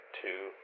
two